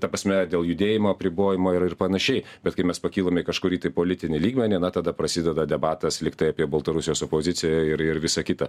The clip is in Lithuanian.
ta prasme dėl judėjimo apribojimo ir ir panašiai bet kai mes pakylame į kažkurį tai politinį lygmenį na tada prasideda debatas lygtai apie baltarusijos opozicija ir ir visa kita